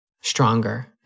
stronger